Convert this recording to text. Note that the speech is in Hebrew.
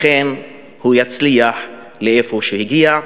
לכן הוא יצליח איפה שהגיע.